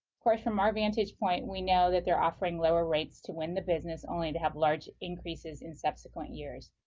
course, from our vantage point, we know that they're offering low ah rates to win the business, only to have large increases in subsequent years.